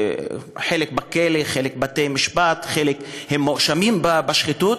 חלק בכלא, חלק בבתי-משפט, חלק מואשמים בשחיתות.